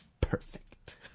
perfect